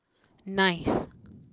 ninth